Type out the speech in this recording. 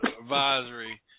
advisory